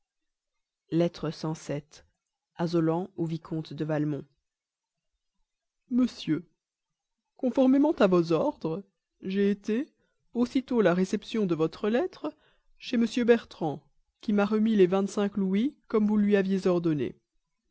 lettre asant au vicomte de valmont monsieur conformément à vos ordres j'ai été aussitôt la réception de votre lettre chez m bertrand qui m'a remis les vingt-cinq louis comme vous lui aviez ordonné